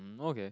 um okay